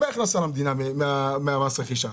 הכנסה למדינה ממס הרכישה.